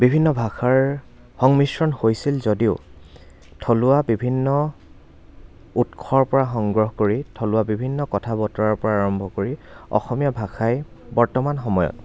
বিভিন্ন ভাষাৰ সংমিশ্ৰণ হৈছিল যদিও থলুৱা বিভিন্ন উৎসৰ পৰা সংগ্ৰহ কৰি থলুৱা বিভিন্ন কথা বতৰাৰ পৰা আৰম্ভ কৰি অসমীয়া ভাষাই বৰ্তমান সময়ত